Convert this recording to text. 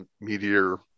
meteor